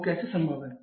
वो कैसे संभव है